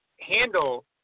handle